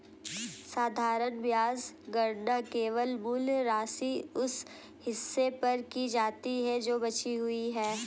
साधारण ब्याज गणना केवल मूल राशि, उस हिस्से पर की जाती है जो बची हुई है